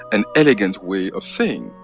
an elegant way of saying,